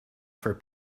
for